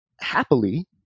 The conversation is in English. happily